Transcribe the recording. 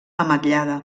ametllada